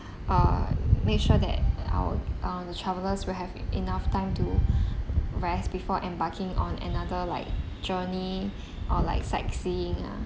uh make sure that our uh the travellers will have enough time to rest before embarking on another like journey or like sightseeing ah